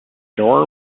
door